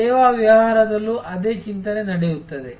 ಸೇವಾ ವ್ಯವಹಾರದಲ್ಲೂ ಅದೇ ಚಿಂತನೆ ನಡೆಯುತ್ತದೆ